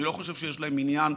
אני לא חושב שיש להם עניין,